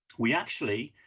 we actually,